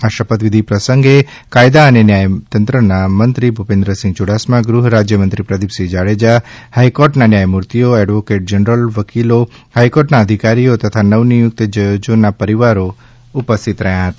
આ શપથવિધિ પ્રસંગે કાયદા અને ન્યાયતંત્રના મંત્રીશ્રી ભૂપેન્દ્રસિંહ યુડાસમા ગૃહ રાજ્યમંત્રી શ્રી પ્રદિ પસિંહ જાડેજા હાઈકોર્ટના ન્યાયમૂર્તિશ્રીઓ એડ્વોકેટ જનરલશ્રી વકીલશ્રીઓ હાઇકૉર્ટના અધિકારીશ્રીઓ તથા નવનિયુક્ત જજશ્રીઓના પરિવારજનો ઉપસ્થિત રહ્યા હતા